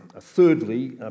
Thirdly